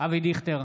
אבי דיכטר,